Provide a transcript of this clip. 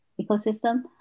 ecosystem